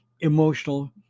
emotional